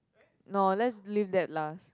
no let's leave that last